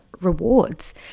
rewards